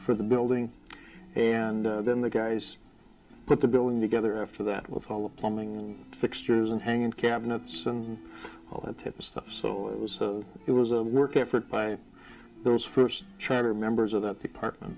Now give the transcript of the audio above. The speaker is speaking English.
for the building and then the guys put the building together after that with all the plumbing fixtures and hanging cabinets and all that type of stuff so it was it was a work effort by those first charter members of that department